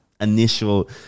initial